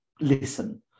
listen